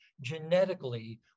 genetically